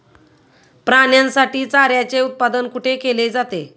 प्राण्यांसाठी चाऱ्याचे उत्पादन कुठे केले जाते?